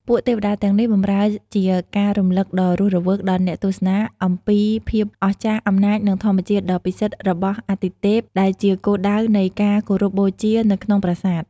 ពួកទេវតាទាំងនេះបម្រើជាការរំលឹកដ៏រស់រវើកដល់អ្នកទស្សនាអំពីភាពអស្ចារ្យ អំណាច និងធម្មជាតិដ៏ពិសិដ្ឋរបស់អាទិទេព ដែលជាគោលដៅនៃការគោរពបូជានៅក្នុងប្រាសាទ។